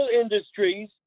Industries